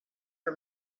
for